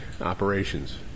operations